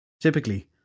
Typically